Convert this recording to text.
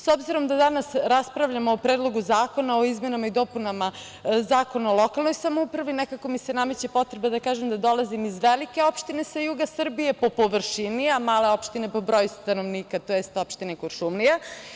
S obzirom da danas raspravljamo o Predlogu zakona o izmenama i dopunama Zakona o lokalnoj samoupravi, nekako mi se nameće potreba da kažem da dolazim iz velike opštine sa juga Srbije po površini, a male opštine po broju stanovnika, tj. opštine Kuršumlija.